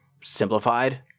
simplified